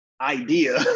idea